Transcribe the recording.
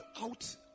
out